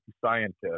scientist